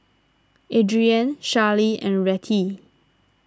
Adrianne Charley and Rettie